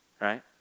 right